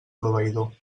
proveïdor